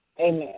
Amen